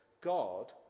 God